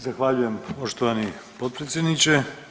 Zahvaljujem poštovani potpredsjedniče.